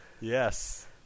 yes